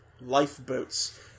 lifeboats